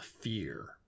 fear